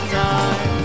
time